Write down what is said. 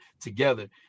together